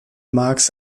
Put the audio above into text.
marx